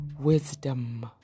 wisdom